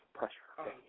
Pressure